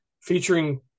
featuring